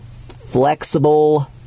flexible